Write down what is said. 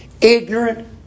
Ignorant